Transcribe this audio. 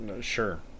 Sure